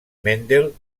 mendel